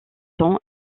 temps